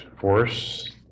Force